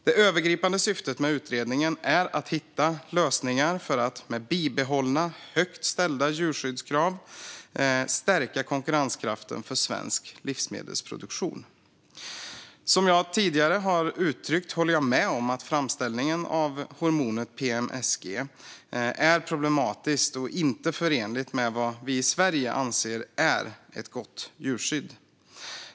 Det övergripande syftet med utredningen är att hitta lösningar för att, med bibehållna högt ställda djurskyddskrav, stärka konkurrenskraften för svensk livsmedelsproduktion. Som jag tidigare har uttryckt håller jag med om att framställningen av hormonet PMSG är problematisk och inte förenlig med vad vi i Sverige anser är ett gott djurskydd.